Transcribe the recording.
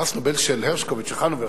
פרס נובל של הרשקו וצ'חנובר,